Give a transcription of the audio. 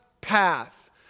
path